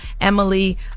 Emily